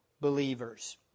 believers